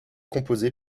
composée